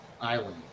island